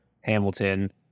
Hamilton